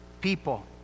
people